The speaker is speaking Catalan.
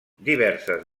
diverses